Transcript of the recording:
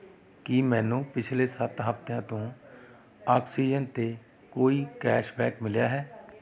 ਕੀ ਮੈਨੂੰ ਪਿਛਲੇ ਸੱਤ ਹਫ਼ਤਿਆਂ ਤੋਂ ਆਕਸੀਜਨ 'ਤੇ ਕੋਈ ਕੈਸ਼ਬੈਕ ਮਿਲਿਆ ਹੈ